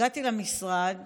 הגעתי למשרד